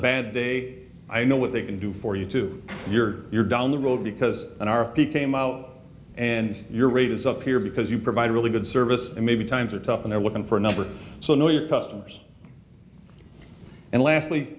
bad day i know what they can do for you to your you're down the road because an r f p came out and your rate is up here because you provide a really good service and maybe times are tough and they're looking for a number so know your customers and last